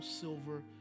silver